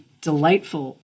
delightful